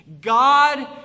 God